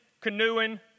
canoeing